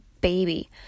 baby